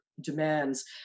demands